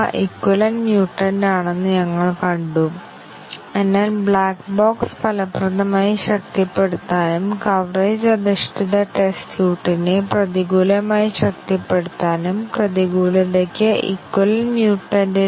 അതിനാൽ ഒരു statement S ഒരു വേരിയബിൾ x ഒരു സ്റ്റേറ്റ്മെന്റ്റ് S ഇൽ നിർവചിച്ചിരിക്കുന്നത് മറ്റൊരു സ്റ്റേറ്റ്മെൻറ് S1 ൽ ലൈവ് ആവണമെങ്കിൽ ആ വേരിയബിളിന്റെ ഇന്റർമീഡിയറ്റ് ഡെഫിനീഷൻ ഇല്ലെങ്കിൽ ആണ്